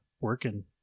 working